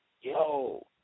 yo